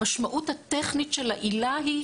המשמעות הטכנית של העילה היא,